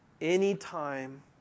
anytime